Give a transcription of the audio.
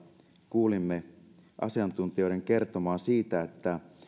kuulimme asiantuntijoiden kertomaa siitä että